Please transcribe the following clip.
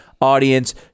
Audience